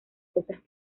cosas